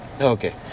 Okay